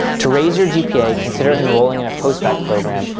to raise your gpa, consider enrolling in a post-bac program,